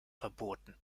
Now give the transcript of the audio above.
verboten